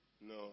No